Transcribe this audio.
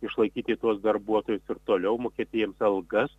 išlaikyti tuos darbuotojus ir toliau mokėti jiems algas